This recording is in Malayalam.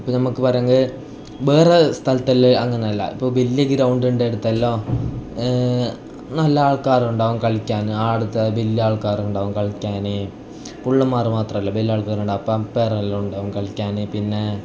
ഇപ്പം നമുക്ക് ബരങ്ങി വേറെ സ്ഥലത്തെല്ലാം അങ്ങനെ അല്ല ഇപ്പോൾ വലിയ ഗ്രൌണ്ടിന്റെ അടുത്തെല്ലാം നല്ല ആൾക്കാരുണ്ടാവും കളിക്കാൻ അവിടുത്തെ വലിയ ആൾക്കാരുണ്ടാവും കളിക്കാൻ പുള്ളമ്മാര് മാത്രവല്ല വലിയ ആൾക്കാരുണ്ടാവും അപ്പം അമ്പയർ എല്ലാം ഉണ്ടാവും കളിക്കാൻ പിന്നെ